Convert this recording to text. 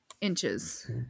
inches